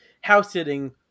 house-sitting